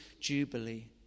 jubilee